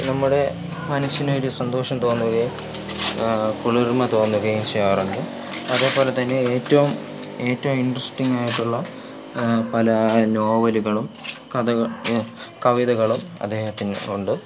നമ്മുടെ മനസ്സിനൊരു സന്തോഷം തോന്നുകയും കുളിർമ തോന്നുകയും ചെയ്യാറുണ്ട് അതേപോലെത്തന്നെ ഏറ്റവും ഏറ്റവും ഇൻട്രെസ്റ്റിങ്ങ് ആയിട്ടുള്ള പല നോവലുകളും കഥക കവിതകളും അദ്ദേഹത്തിന് ഉണ്ട്